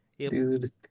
Dude